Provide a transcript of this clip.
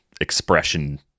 expression